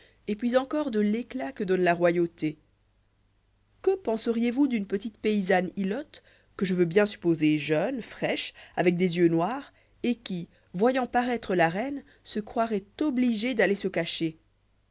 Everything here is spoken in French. et puis encore de l'éclat que donne la royauté que penseriez-vous d'une petite paysanne ilote que je veux bien supposer jeune fraîche avec des yeux noirs et qui voyant paraître la reine se croiroit obligée d'aller se cacher